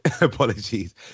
apologies